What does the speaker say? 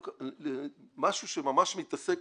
משהו שממש מתעסק